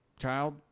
child